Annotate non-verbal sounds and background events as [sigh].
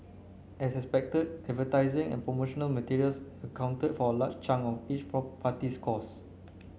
as expected advertising and promotional materials accounted for a large chunk of each [unintelligible] party's costs